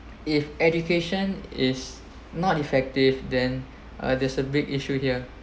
if education is not effective then uh there's a big issue here